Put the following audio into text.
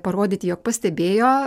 parodyti jog pastebėjo